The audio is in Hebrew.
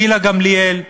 גילה גמליאל,